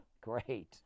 Great